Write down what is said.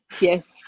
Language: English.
Yes